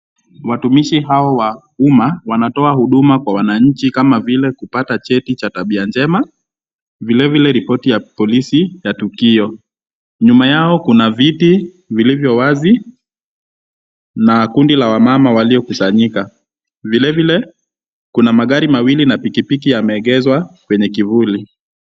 Watumishi hao wa uma wanatoa huduma kwa wananchi kama vile kupata cheti cha tabia njema, vile vile ripoti ya polisi ya tukio. Nyuma yao kuna viti vilivyo wazi, na kundi la wamama waliokusanyika. Vile vile kuna magari mawili na pikipiki yameegezwa kwenye kivuli.